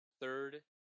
Third